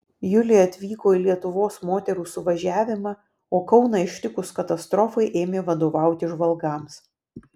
julija atvyko į lietuvos moterų suvažiavimą o kauną ištikus katastrofai ėmė vadovauti žvalgams